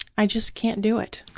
i just can't do it.